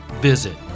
Visit